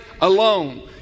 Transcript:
alone